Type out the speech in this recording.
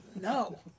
No